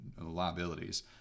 liabilities